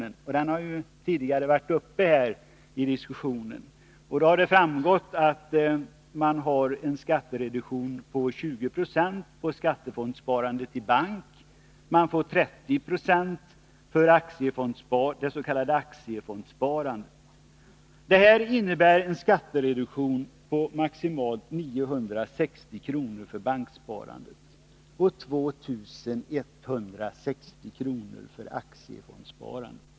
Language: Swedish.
Den frågan har ju varit uppe till diskussion här tidigare. Det framgick därvid att man har en skattereduktion på 20 20 för skattefondssparande i bank. Man får 30 96 skattereduktion för det s.k. aktiefondssparandet. Detta innebär en skattereduktion på maximalt 960 kr. för banksparande och 2160 kr. för aktiefondssparande.